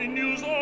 news